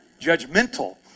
Judgmental